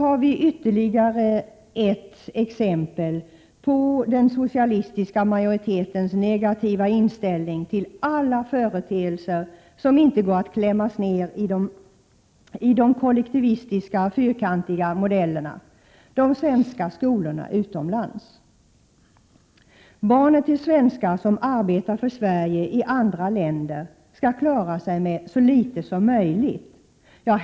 Det finns ytterligare ett exempel på den socialistiska majoritetens negativa inställning till alla företeelser som inte går att klämma ner i de kollektivistiska, fyrkantiga modellerna — de svenska skolorna utomlands. Barnen till svenskar som arbetar för Sverige i andra länder skall klara sig med så litet som möjligt.